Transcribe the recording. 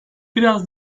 biraz